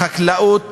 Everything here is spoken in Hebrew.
החקלאות